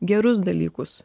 gerus dalykus